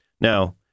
Now